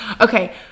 Okay